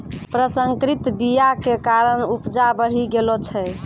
प्रसंकरित बीया के कारण उपजा बढ़ि गेलो छै